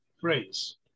phrase